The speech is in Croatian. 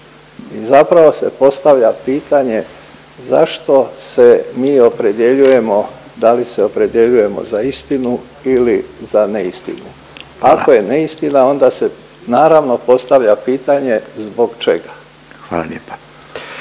Zapravo se postavlja pitanje zašto se mi opredjeljujemo, da li se opredjeljujemo za istinu ili za neistinu. Ako je neistina onda se naravno postavlja pitanje zbog čega. Hvala lijepa.